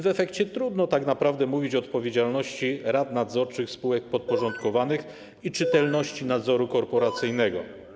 W efekcie trudno tak naprawdę mówić o odpowiedzialności rad nadzorczych spółek podporządkowanych i czytelności nadzoru korporacyjnego.